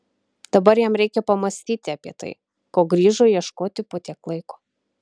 dabar jam reikia pamąstyti apie tai ko grįžo ieškoti po tiek laiko